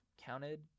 counted